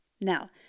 Now